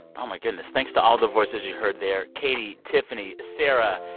oh, my goodness. thanks to all the voices you heard there katie, tiffany, sarah,